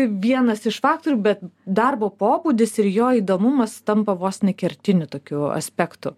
vienas iš faktorių bet darbo pobūdis ir jo įdomumas tampa vos ne kertiniu tokiu aspektu